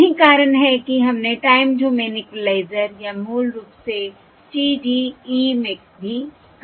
यही कारण है कि हमने टाइम डोमेन इक्वलाइज़र या मूल रूप से TDE में भी कहा है